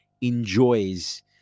enjoys